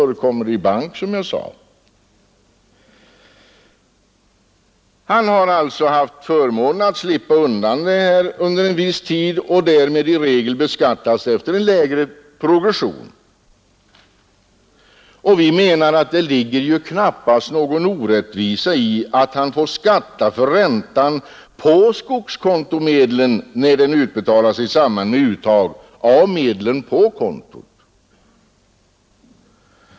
Skogsägaren har alltså haft förmånen att under viss tid slippa undan från betalning, och därmed har han i regel beskattats efter en lägre progression. Vi menar att det knappast ligger någon orättvisa i att han får skatta för räntan på skogskontomedlen, när den utbetalas i samband med uttag av medlen på kontot.